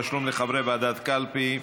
תשלום לחברי ועדת קלפי),